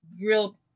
real